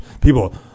People